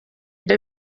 ibyo